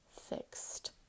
fixed